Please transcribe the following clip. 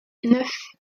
neuf